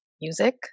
music